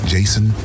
Jason